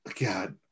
God